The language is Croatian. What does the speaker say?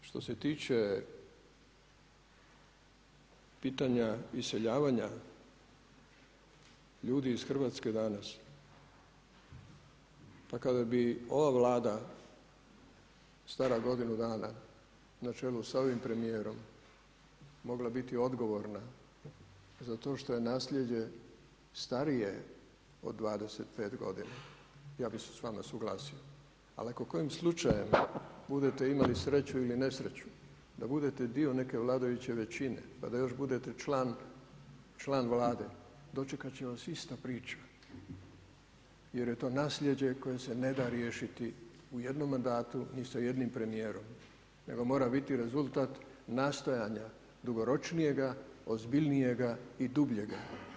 Što se tiče pitanja iseljavanja ljudi iz Hrvatske da nas, pa kada bi ova Vlada stara godinu dana dna čelu sa ovim premijerom mogla biti odgovorna za to što je nasljeđe starije od 25 godina, ja bi se s vama suglasio ali ako kojim slučajem budete imali sreću ili nesreću da budete dio neke vladajuće većine, pa da još budete član Vlade, dočekat će vas ista priča jer je to nasljeđe koje se ne da riješiti ni u jednom mandatu ni sam jednim premijerom nego mora biti rezultat nastojanja dugoročnijega, ozbiljnijeg i dubljeg.